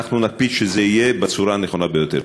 ואנחנו נקפיד שזה יהיה בצורה הנכונה ביותר.